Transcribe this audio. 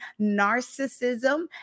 narcissism